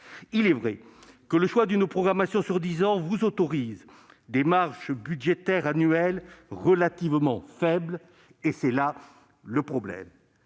Il est vrai que le choix d'une programmation sur dix ans vous autorise des marges budgétaires annuelles relativement faibles, et c'est là le problème.